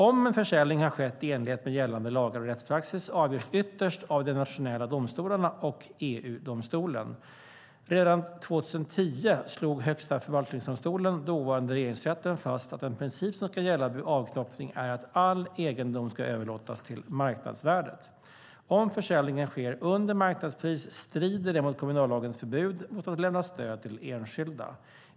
Om en försäljning har skett i enlighet med gällande lagar och rättspraxis avgörs ytterst av de nationella domstolarna och EU-domstolen. Redan 2010 slog Högsta förvaltningsdomstolen, dåvarande Regeringsrätten, fast att den princip som ska gälla vid avknoppning är att all egendom ska överlåtas till marknadsvärdet. Om försäljningen sker under marknadspris strider det mot kommunallagens förbud mot att lämna stöd till enskilda.